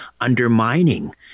undermining